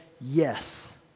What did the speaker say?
yes